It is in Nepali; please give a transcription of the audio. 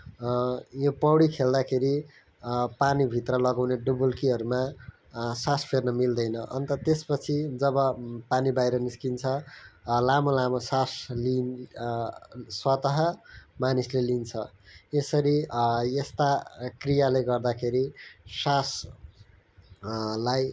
यो पौडी खेल्दाखेरि पानीभित्र लगाउने डुबुल्कीहरूमा सास फेर्न मिल्दैन अन्त त्यसपछि जब पानी बाहिर निस्किन्छ लामो लामो सास लिन स्वतः मानिसले लिन्छ यसरी यस्ता क्रियाले गर्दाखेरि सासलाई